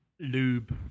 Lube